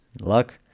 Luck